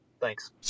Thanks